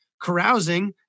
carousing